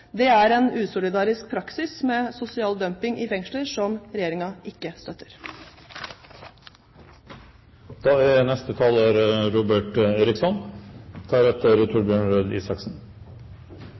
Det er en usolidarisk praksis med sosial dumping i fengsler som regjeringen ikke støtter.